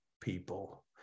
people